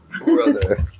Brother